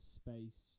space